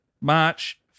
March